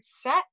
set